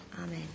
Amen